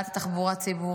העלאת התחבורה הציבורית,